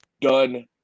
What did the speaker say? done